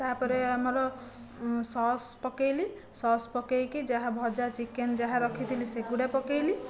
ତାପରେ ଆମର ସସ୍ ପକେଇଲି ସସ୍ ପକେଇକି ଯାହା ଭଜା ଚିକେନ ଯାହା ରଖିଥିଲି ସେଗୁଡ଼ା ପକେଇଲି